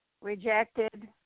Rejected